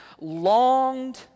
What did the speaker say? longed